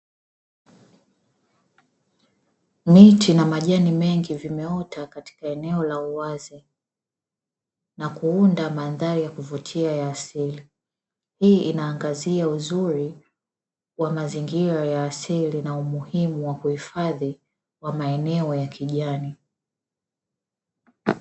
Miti na majani mengi vimeota katika eneo la uwazi na kuunda mandhari ya kuvutia ya asili, hii inaangazia uzuri wa mazingira ya asili na umuhimu wa kuhifadhi wa maeneo ya kijani.